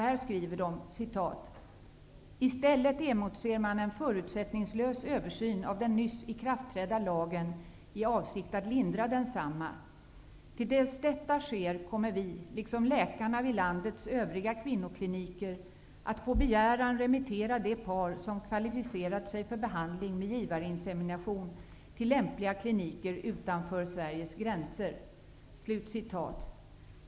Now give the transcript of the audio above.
De skriver så här: ''I stället emotser man en förutsättningslös översyn av den nyss ikraftträdda lagen i avsikt att lindra densamma. Till dess detta sker kommer vi, liksom läkarna vid landets övriga kvinnokliniker att på begäran remittera de par som kvalificerat sig för behandling med givarinsemination till lämpliga kliniker utanför Sveriges gränser.''